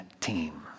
team